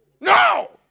No